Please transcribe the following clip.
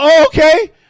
okay